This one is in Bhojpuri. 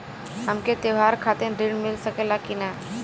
हमके त्योहार खातिर त्रण मिल सकला कि ना?